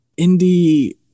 indie